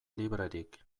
librerik